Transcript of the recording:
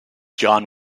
john